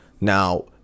Now